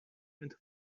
into